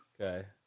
Okay